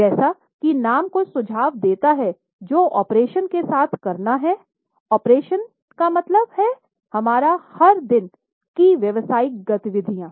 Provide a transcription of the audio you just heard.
जैसा कि नाम कुछ सुझाव देता है जो ऑपरेशन के साथ करना है ऑपरेशन का मतलब है हमारा हर दिन की व्यावसायिक गतिविधियाँ